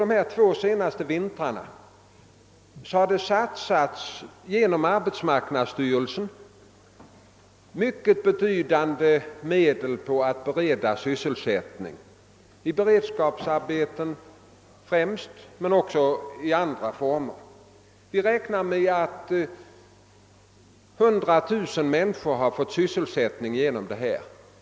Under de två senaste vintrarna har vi genom =:arbetsmarknadsstyrelsen «satsat mycket betydande belopp på att bereda sysselsättning, främst i beredskapsarbete men också i andra former. Vi räknar med att omkring 100 000 människor har erhållit sysselsättning varje vinter tack vare de åtgärderna.